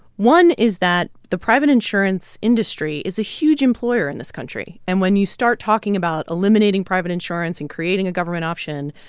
one is that the private insurance industry is a huge employer in this country. and when you start talking about eliminating private insurance and creating a government option,